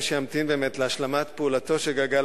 מי שימתין באמת להשלמת פעולתו של גלגל